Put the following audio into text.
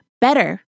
better